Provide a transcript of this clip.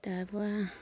তাৰপৰা